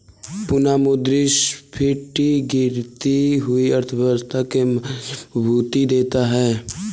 पुनःमुद्रस्फीति गिरती हुई अर्थव्यवस्था के मजबूती देता है